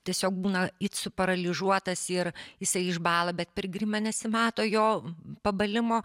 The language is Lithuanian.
tiesiog būna it suparalyžiuotas ir jisai išbąla bet per grimą nesimato jo pabalimo